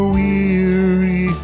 weary